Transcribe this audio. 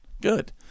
Good